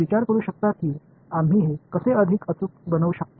எனவே இப்போது இதை எவ்வாறு துல்லியமாக மாற்றுவது என்று நீங்கள் சிந்திக்கலாம்